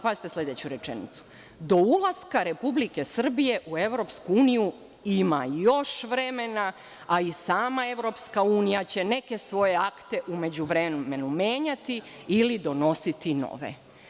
Pazite, sledeću rečenicu – do ulaska Republike Srbije u EU ima još vremena, a i sama EU će neke svoje akte u međuvremenu menjati ili donositi nove.